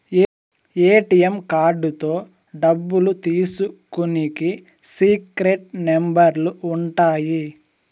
ATM కార్డుతో డబ్బులు తీసుకునికి సీక్రెట్ నెంబర్లు ఉంటాయి